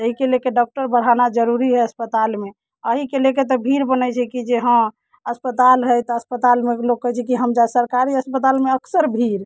एहिके लेके डॉक्टर बढ़ाना जरूरी हइ अस्पतालमे एहिके लेके तऽ भीड़ बनैत छै कि जे हँ अस्पताल हइ तऽ अस्पतालमे लोक कहैत छै कि हम जा सरकारी अस्पतालमे अक्सर भीड़